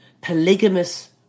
polygamous